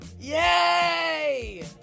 Yay